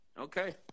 Okay